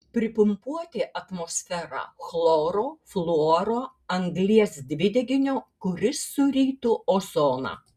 pripumpuoti atmosferą chloro fluoro anglies dvideginio kuris surytų ozoną